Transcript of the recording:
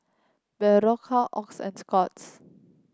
Berocca Oxy and Scott's